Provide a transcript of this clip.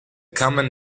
common